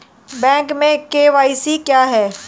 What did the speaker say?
Bank में KYC क्या है?